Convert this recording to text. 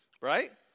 Right